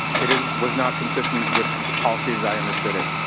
it it was not consistent with the policy as i understood it.